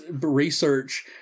research